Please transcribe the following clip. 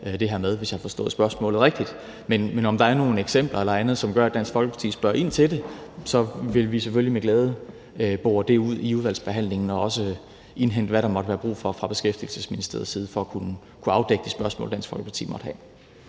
så er det dét udgangspunkt, spørgsmålet er baseret på. Men hvis der er nogle eksempler eller andet, som gør, at Dansk Folkeparti spørger ind til det, så vil vi selvfølgelig med glæde bore det ud i udvalgsbehandlingen og også indhente, hvad der måtte være brug for fra Beskæftigelsesministeriets side for at kunne afklare de spørgsmål, Dansk Folkeparti måtte have.